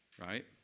Right